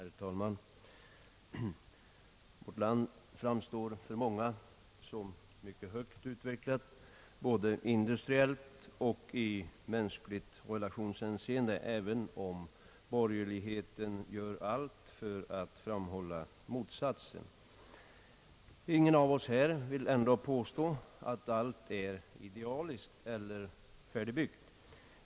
Herr talman! Vårt land framstår för många som mycket högt utvecklat, både industriellt och i mänskligt relationshänseende, även om borgerligheten gör allt för att framhålla motsatsen. Ingen av oss här vill ändå påstå ait allt är idealiskt eller färdigbyggt.